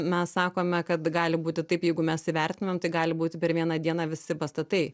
mes sakome kad gali būti taip jeigu mes įvertinam tai gali būti per vieną dieną visi pastatai